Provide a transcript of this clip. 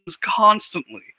constantly